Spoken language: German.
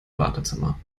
wartezimmer